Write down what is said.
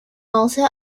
also